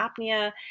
apnea